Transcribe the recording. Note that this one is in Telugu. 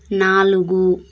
నాలుగు